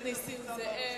תודה רבה לחבר הכנסת נסים זאב.